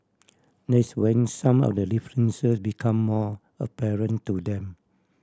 that's when some of the differences become more apparent to them